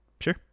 Sure